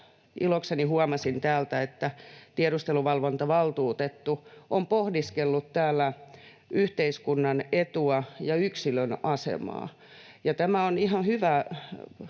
ilokseni huomasin täältä — että tiedusteluvalvontavaltuutettu on pohdiskellut täällä yhteiskunnan etua ja yksilön asemaa. Tämä on ihan hyvä